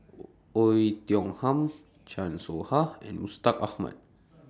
Oei Tiong Ham Chan Soh Ha and Mustaq Ahmad